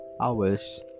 hours